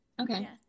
Okay